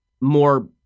more